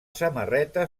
samarreta